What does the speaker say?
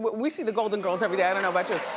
we see the golden girls every day, i don't know about you.